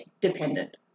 dependent